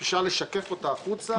שאפשר לשקף אותה החוצה,